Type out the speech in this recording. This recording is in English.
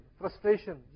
frustration